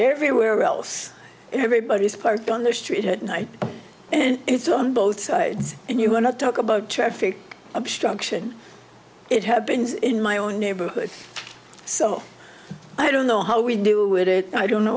everywhere else everybody's parked on the street and it's on both sides and you want to talk about traffic obstruction it happens in my own neighborhood so i don't know how we do with it i don't know